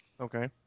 Okay